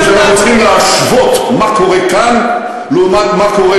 משום שאנחנו צריכים להשוות מה שקורה כאן לעומת מה שקורה,